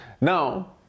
Now